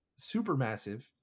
supermassive